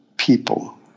people